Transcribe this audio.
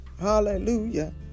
Hallelujah